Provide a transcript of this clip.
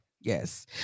Yes